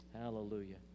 Hallelujah